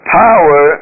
power